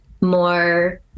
more